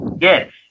Yes